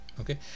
Okay